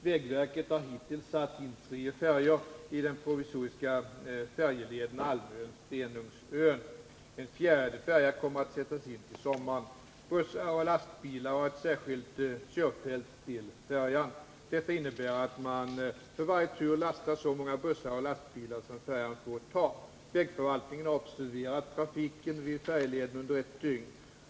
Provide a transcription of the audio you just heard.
Vägverket har hittills satt in tre färjor i den provisoriska färjeleden Almön-Stenungsön. En fjärde färja kommer att sättas in till sommaren. Bussar och lastbilar har ett särskilt körfält till färjan. Detta innebär att man för varje tur lastar så många bussar och lastbilar som färjan får ta. Vägförvaltningen har observerat trafiken vid färjeleden under ett dygn.